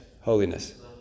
Holiness